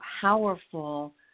powerful